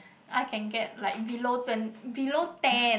I can get like below twen~ below ten